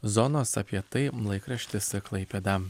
zonos apie tai laikraštis klaipėda